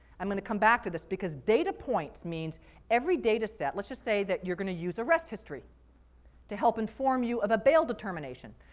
i'm going to come back to this because data points means every data set, let's just say you're going to use arrest history to help inform you of a bail determination.